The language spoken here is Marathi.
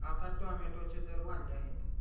आता टोमॅटोचे दर वाढले आहेत